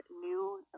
new